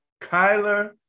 kyler